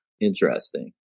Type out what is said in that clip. Interesting